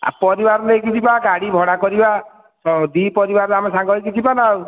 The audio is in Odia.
ଆ ପରିବାର ନେଇକି ଯିବା ଗାଡ଼ି ଭଡ଼ା କରିବା ଦୁଇ ପରିବାର ଆମେ ସାଙ୍ଗ ହୋଇକି ଯିବା ନା ଆଉ